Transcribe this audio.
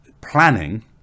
planning